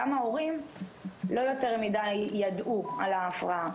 גם ההורים לא יותר מידי ידעו על ההפרעה,